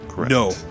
No